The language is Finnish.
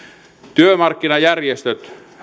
työmarkkinajärjestöt